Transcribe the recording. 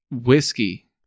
whiskey